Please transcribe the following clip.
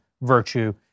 virtue